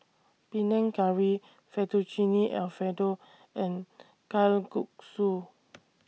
Panang Curry Fettuccine Alfredo and Kalguksu